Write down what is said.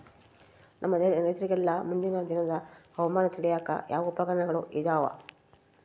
ನಮ್ಮ ರೈತರಿಗೆಲ್ಲಾ ಮುಂದಿನ ದಿನದ ಹವಾಮಾನ ತಿಳಿಯಾಕ ಯಾವ ಉಪಕರಣಗಳು ಇದಾವ?